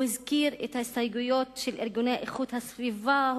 הוא הזכיר את ההסתייגויות של ארגוני איכות הסביבה,